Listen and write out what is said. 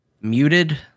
muted